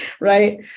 right